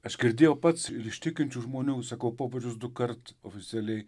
aš girdėjau pats ir iš tikinčių žmonių sakau popiežius dukart oficialiai